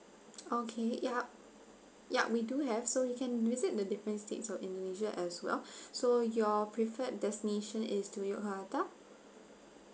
okay yup yup we do have so you can visit the different states of indonesia as well so your preferred destination is to yogyakarta